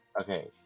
Okay